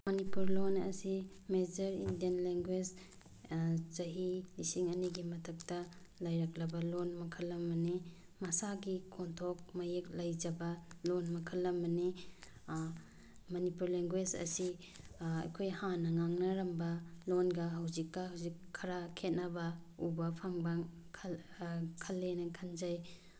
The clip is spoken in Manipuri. ꯃꯅꯤꯄꯨꯔ ꯂꯣꯟ ꯑꯁꯤ ꯃꯦꯖꯔ ꯏꯟꯗꯤꯌꯟ ꯂꯦꯡꯒ꯭ꯋꯦꯁ ꯆꯍꯤ ꯂꯤꯁꯤꯡ ꯑꯅꯤꯒꯤ ꯃꯊꯛꯇ ꯂꯩꯔꯛꯂꯕ ꯂꯣꯟ ꯃꯈꯜ ꯑꯃꯅꯤ ꯃꯁꯥꯒꯤ ꯈꯣꯟꯊꯣꯛ ꯃꯌꯦꯛ ꯂꯩꯖꯕ ꯂꯣꯟ ꯃꯈꯜ ꯑꯃꯅꯤ ꯃꯅꯤꯄꯨꯔ ꯂꯦꯡꯒ꯭ꯋꯦꯁ ꯑꯁꯤ ꯑꯩꯈꯣꯏ ꯍꯥꯟꯅ ꯉꯥꯡꯅꯔꯝꯕ ꯂꯣꯟꯒ ꯍꯧꯖꯤꯛꯀ ꯍꯧꯖꯤꯛ ꯈꯔ ꯈꯦꯅꯕ ꯎꯕ ꯐꯪꯕ ꯈꯜꯂꯦꯅ ꯈꯟꯖꯩ